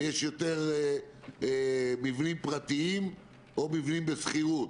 ויש יותר מבנים פרטיים או מבנים בשכירות.